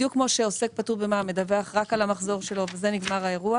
בדיוק כמו שעוסק פטור במע"מ מדווח רק על המחזור שלו ובזה נגמר האירוע